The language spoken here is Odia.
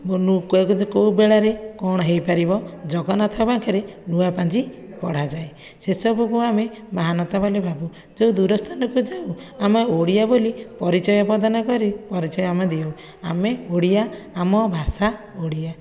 କଉ ବେଳାରେ କଣ ହୋଇପାରିବ ଜଗନ୍ନାଥଙ୍କ ପାଖରେ ନୂଆ ପାଞ୍ଜି ପଢ଼ାଯାଏ ସେସବୁକୁ ଆମେ ମହାନତା ବୋଲି ଭାବୁ ଯେଉଁ ଦୂର ସ୍ଥାନ କୁ ଯାଉ ଆମେ ଓଡ଼ିଆ ବୋଲି ପରିଚୟ ପ୍ରଦାନ କରି ପରିଚୟ ଆମେ ଦେଉ ଆମେ ଓଡ଼ିଆ ଆମ ଭାଷା ଓଡ଼ିଆ